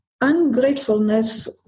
Ungratefulness